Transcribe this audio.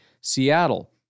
Seattle